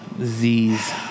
Z's